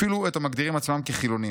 אפילו את המגדירים עצמם כ'חילונים'